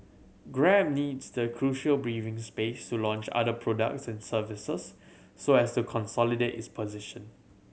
grab needs the crucial breathing space to launch other products and services so as to consolidate its position